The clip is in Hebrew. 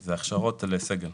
אלה הכשרות לסגל.